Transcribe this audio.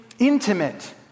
intimate